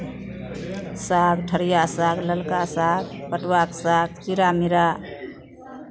साग ठरिया साग ललका साग पटुआक साग कीड़ा मीरा